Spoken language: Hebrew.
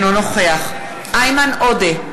אינו נוכח איימן עודה,